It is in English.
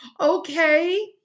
Okay